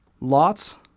lots